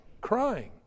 crying